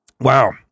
wow